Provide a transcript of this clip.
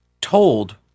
told